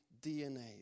DNA